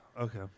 Okay